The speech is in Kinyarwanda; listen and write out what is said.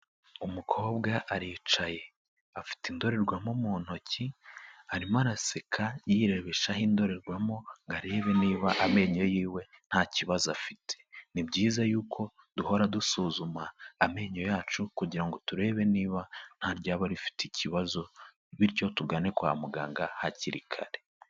Umukobwa aricaye. Afite indorerwamo mu ntoki, arimo araseka yirebeshaho indorerwamo, ngo arebe niba amenyo yiwe nta kibazo afite. Ni byiza yuko duhora dusuzuma amenyo yacu, kugira ngo turebe niba nta ryaba rifite ikibazo, bityo tugane kwa muganga, hakiri kare.